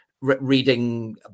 reading